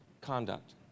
conduct